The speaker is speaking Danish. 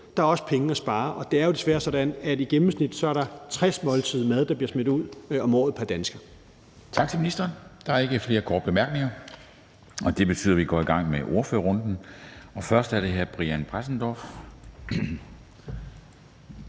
er der også penge at spare. Det er jo desværre sådan, at der i gennemsnit er 60 måltider mad, der bliver smidt ud, om året pr. dansker.